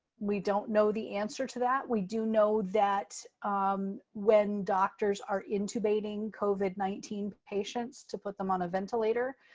we don't know the answer to that. we do know that um when doctors are intubating covid nineteen patients to put them on a ventilator,